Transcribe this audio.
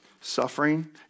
Suffering